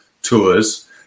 tours